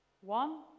One